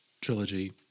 trilogy